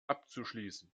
abzuschließen